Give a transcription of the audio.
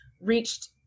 reached